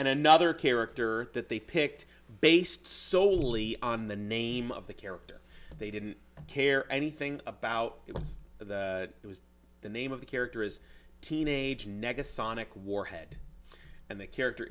and another character that they picked based solely on the name of the character they didn't care anything about it was that it was the name of the character is teenage neg a sonic warhead and the character